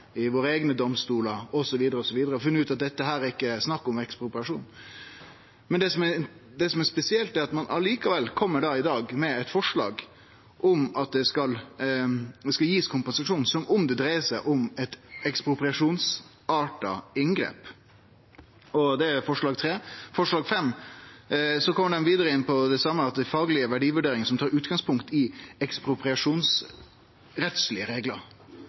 i våre eigne domstolar osv. – og funne ut at her er det ikkje snakk om ekspropriasjon. Det som er spesielt, er at ein i dag likevel kjem med eit forslag om at ein skal gi kompensasjon som om det dreier seg om eit ekspropriasjonsarta inngrep. Det er forslag nr. 3. Vidare kjem dei i forslag nr. 5 inn på det same: «faglige verdivurderinger som tar utgangspunkt i